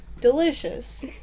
Delicious